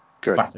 Good